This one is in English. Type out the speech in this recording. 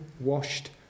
washed